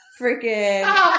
freaking